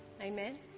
Amen